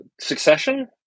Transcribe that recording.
Succession